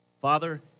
Father